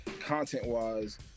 content-wise